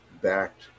backed